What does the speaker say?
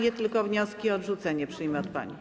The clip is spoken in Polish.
Ja tylko wnioski o odrzucenie przyjmę od pani.